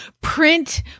print